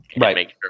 Right